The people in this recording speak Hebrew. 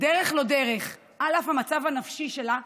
בדרך-לא-דרך, על אף המצב הנפשי שלה,